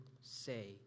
say